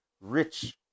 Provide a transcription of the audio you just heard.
rich